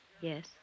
Yes